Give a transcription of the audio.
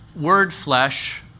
Word-flesh